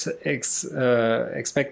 expect